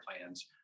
plans